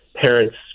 parents